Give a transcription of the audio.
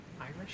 Irish